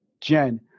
Jen